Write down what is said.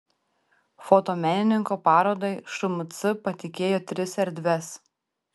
fotomenininko parodai šmc patikėjo tris erdves